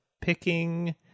picking